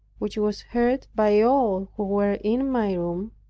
which was heard by all were in my room,